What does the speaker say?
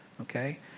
okay